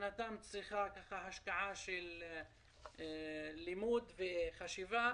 אחר כך שיש חוסר אמון בשירות הציבורי,